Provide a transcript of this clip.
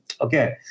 Okay